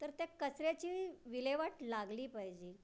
तर त्या कचऱ्याची विल्हेवाट लागली पाहिजे